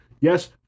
yes